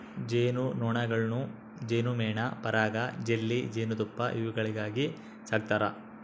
ಜೇನು ನೊಣಗಳನ್ನು ಜೇನುಮೇಣ ಪರಾಗ ಜೆಲ್ಲಿ ಜೇನುತುಪ್ಪ ಇವುಗಳಿಗಾಗಿ ಸಾಕ್ತಾರೆ